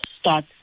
start